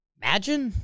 imagine